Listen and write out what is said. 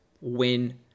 win